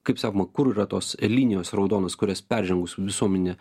kaip sakoma kur yra tos linijos raudonos kurias peržengus visuomenė